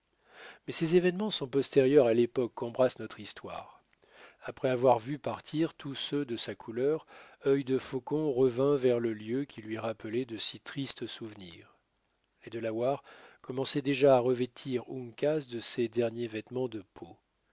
mais ces événements sont postérieurs à l'époque qu'embrasse notre histoire après avoir vu partir tous ceux de sa couleur œil de faucon revint vers le lieu qui lui rappelait de si tristes souvenirs les delawares commençaient déjà à revêtir uncas de ses derniers vêtements de peaux